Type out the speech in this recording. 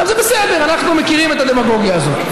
עכשיו, זה בסדר, אנחנו מכירים את הדמגוגיה הזאת.